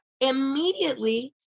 immediately